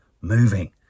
moving